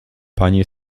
panie